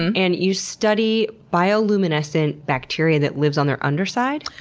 and and you study bioluminescent bacteria that lives on their underside?